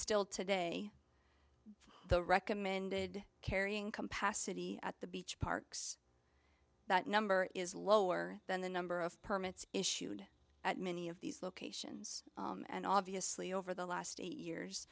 still today the recommended carrying capacity at the beach parks that number is lower than the number of permits issued at many of these locations and obviously over the last eight years